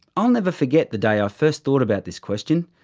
i'll never forget the day i ah first thought about this question.